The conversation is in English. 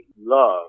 love